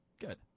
Good